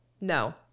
No